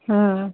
ହୁଁ